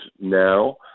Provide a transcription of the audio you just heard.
now